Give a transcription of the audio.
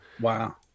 Wow